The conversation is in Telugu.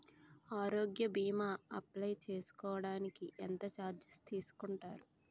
ఆరోగ్య భీమా అప్లయ్ చేసుకోడానికి ఎంత చార్జెస్ తీసుకుంటారు?